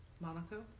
Monaco